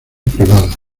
privada